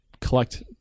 collect